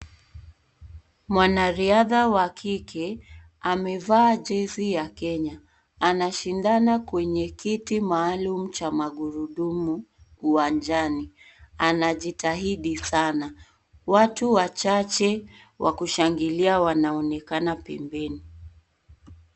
Mwanariadha wa kike amevaa jersey ya Kenya anashindana kwenye kiti maalum cha magurudumu uwanjani anajitahidi sana. Watu wachache wakushangilia wanaonekana pembeni.